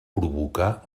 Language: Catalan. provocà